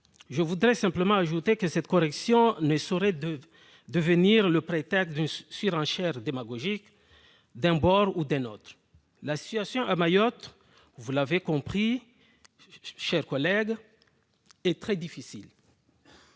Je voudrais simplement ajouter que cette correction ne saurait devenir le prétexte à une surenchère démagogique, d'un bord ou d'un autre. La situation à Mayotte, vous l'avez compris, chers collègues, est très difficile.